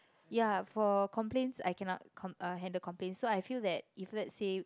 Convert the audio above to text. ya for complaints I cannot com~ uh handle complaints so I feel that if let's say